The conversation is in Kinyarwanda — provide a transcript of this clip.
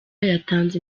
yatanze